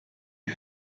iyi